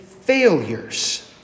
failures